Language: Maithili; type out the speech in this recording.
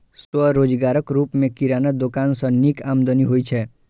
स्वरोजगारक रूप मे किराना दोकान सं नीक आमदनी होइ छै